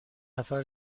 نفر